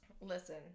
Listen